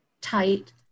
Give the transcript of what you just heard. tight